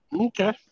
Okay